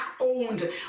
owned